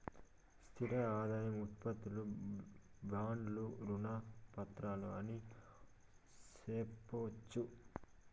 స్థిర ఆదాయం ఉత్పత్తులు బాండ్లు రుణ పత్రాలు అని సెప్పొచ్చు